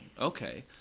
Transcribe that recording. Okay